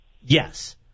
Yes